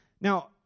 Now